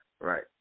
Right